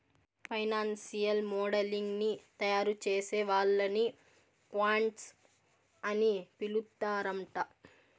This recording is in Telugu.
ఫైనాన్సియల్ మోడలింగ్ ని తయారుచేసే వాళ్ళని క్వాంట్స్ అని పిలుత్తరాంట